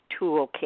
toolkit